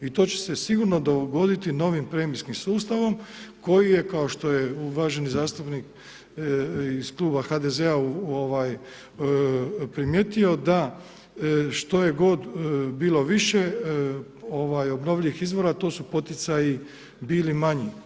I to će se sigurno dogoditi novim premijskim sustavom koji je kao što je uvaženi zastupnik iz kluba HDZ-a primijetio da što je god bilo više obnovljivih izvora to su poticaji bili manji.